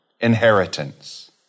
inheritance